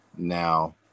Now